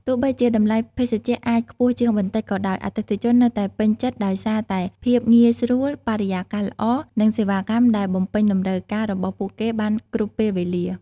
ទោះបីជាតម្លៃភេសជ្ជៈអាចខ្ពស់ជាងបន្តិចក៏ដោយ អតិថិជននៅតែពេញចិត្តដោយសារតែភាពងាយស្រួល បរិយាកាសល្អ និងសេវាកម្មដែលបំពេញតម្រូវការរបស់ពួកគេបានគ្រប់ពេលវេលា។